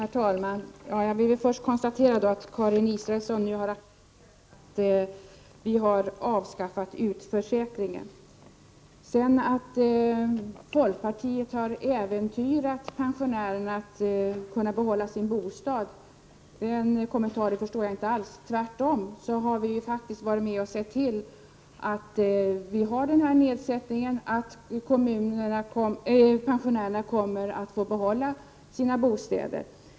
Herr talman! Jag vill först konstatera att Karin Israelsson nu har accepterat att vi har avskaffat utförsäkringen. Att folkpartiet har äventyrat pensionärernas möjligheter att behålla sin bostad — den kommentaren förstår jag inte alls. Tvärtom har vi faktiskt varit med om att se till att man får denna nedsättning — att pensionärerna kommer att få behålla sina bostäder.